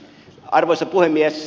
arvoisa puhemies